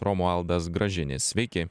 romualdas gražinis sveiki